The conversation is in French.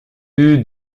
eut